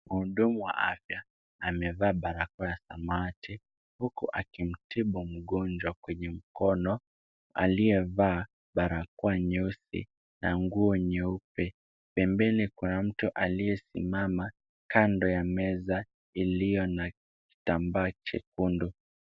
Mhudumu wa afya amevaa barakoa ya samawati, huku akimtibu mgonjwa kwenye mkono, aliyevaa barakoa nyeusi na nguo nyeupe. Pembeni kuna mtu aliyesimama kando ya meza iliyo na kitambaa chekundu.